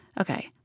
Okay